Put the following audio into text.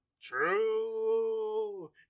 True